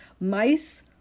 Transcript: mice